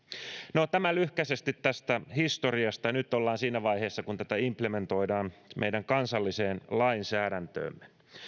no tämä lyhkäisesti tästä historiasta nyt ollaan siinä vaiheessa kun tätä implementoidaan meidän kansalliseen lainsäädäntöömme